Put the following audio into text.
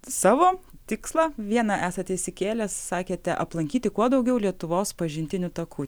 savo tikslą vieną esate išsikėlęs sakėte aplankyti kuo daugiau lietuvos pažintinių takų